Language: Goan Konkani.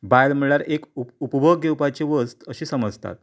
बायल म्हळ्यार एक उप उपभोग घेवपाची वस्त अशी समजतात